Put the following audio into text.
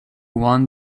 want